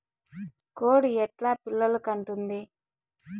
కోడి ఎట్లా పిల్లలు కంటుంది?